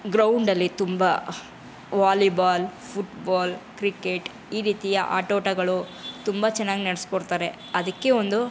ಗ್ರೌಂಡಲ್ಲಿ ತುಂಬ volleyball football cricket ಈ ರೀತಿಯ ಆಟೋಟಗಳು ತುಂಬ ಚೆನ್ನಾಗಿ ನಡೆಸ್ಕೊಡ್ತಾರೆ ಅದಕ್ಕೆ ಒಂದು